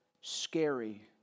scary